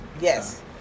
yes